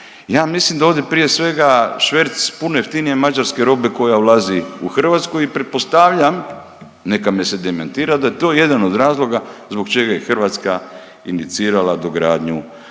Ja mislim da ovdje prije svega šverc puno jeftinije mađarske robe koja ulazi u Hrvatsku i pretpostavljam, neka me se demantira da je to jedan od razloga zbog čega je Hrvatska inicirala dogradnju,